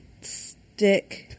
stick